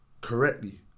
correctly